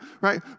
Right